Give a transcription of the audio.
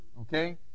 Okay